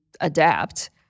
adapt